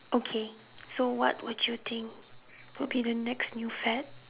okay so what would you think would be the next new fad